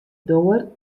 doar